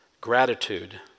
Gratitude